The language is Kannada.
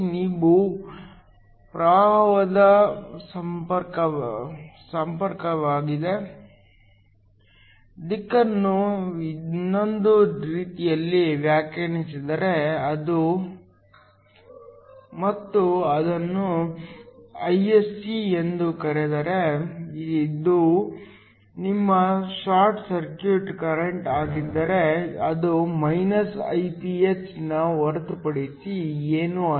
ನೀವು ಪ್ರವಾಹದ ಸಾಂಪ್ರದಾಯಿಕ ದಿಕ್ಕನ್ನು ಇನ್ನೊಂದು ರೀತಿಯಲ್ಲಿ ವ್ಯಾಖ್ಯಾನಿಸಿದರೆ ಮತ್ತು ಅದನ್ನು Ise ಎಂದು ಕರೆದರೆ ಅದು ನಿಮ್ಮ ಶಾರ್ಟ್ ಸರ್ಕ್ಯೂಟ್ ಕರೆಂಟ್ ಆಗಿದ್ದರೆ ಅದು ಮೈನಸ್ Iph ನ ಹೊರತುಪಡಿಸಿ ಏನೂ ಅಲ್ಲ